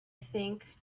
think